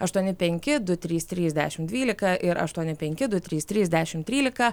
aštuoni penki du trys trys dešimt dvylika ir aštuoni penki du trys trys dešimt trylika